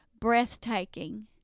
breathtaking